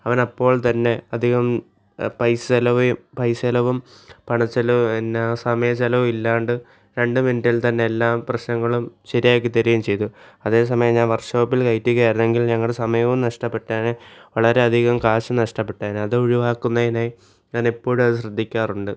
അവൻ അപ്പോൾ തന്നെ അധികം പൈസ ചിലവ് പൈസ ചിലവും പണച്ചെലവും പിന്നെ എന്ന സമയച്ചെലവും ഇല്ലാതെ രണ്ട് മിനിറ്റിൽ തന്നെ എല്ലാ പ്രശ്നങ്ങളും ശരിയാക്കി തരികയും ചെയ്യ്തു അതേ സമയം ഞാൻ വർക്ക്ഷോപ്പിൽ കയറ്റുകയാണെങ്കിൽ ഞങ്ങളുട സമയവും നഷ്ടപ്പെട്ടേനെ വളരെ അധികം കാശും നഷ്ടപ്പെട്ടേനെ അത് ഒഴിവാക്കുന്നതിനായി ഞാൻ എപ്പോഴും അത് ശ്രദ്ധിക്കാറുണ്ട്